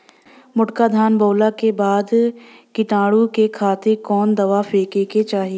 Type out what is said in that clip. मोटका धान बोवला के बाद कीटाणु के खातिर कवन दावा फेके के चाही?